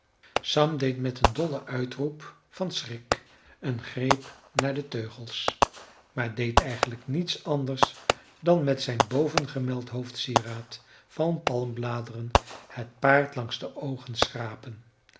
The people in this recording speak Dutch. sam deed met een dollen uitroep van schrik een greep naar de teugels maar deed eigenlijk niets anders dan met zijn bovengemeld hoofdsieraad van palmbladeren het paard langs de oogen schrappen